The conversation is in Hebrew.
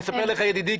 רוצה להציע לכם דבר מה.